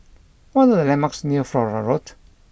what are the landmarks near Flora Road